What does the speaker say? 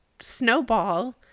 snowball